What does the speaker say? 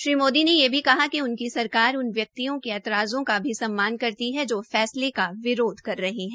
श्री मोदी ने यह भी कहा कि उनकी सरकार इन व्यक्तियों के ऐतराज़ों का भी सम्मान करती है जो फैसले के विरोध कर रहे है